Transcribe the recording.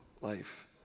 life